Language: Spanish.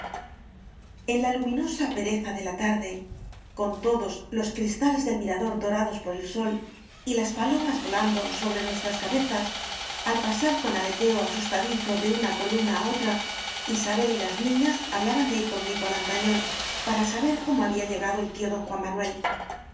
en la luminosa pereza de la tarde con to dos los cristales del mirador dorados por el sol y las palomas volando sobre nuestras ca bezas al pasar con aleteo asustadizo de una columna á otra isabel y las niñas hablan de ir conmigo á lantañón para saber cómo ha bía llegado el tió don juan manuel